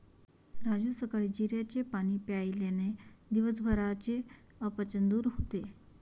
राजू सकाळी जिऱ्याचे पाणी प्यायल्याने दिवसभराचे अपचन दूर होते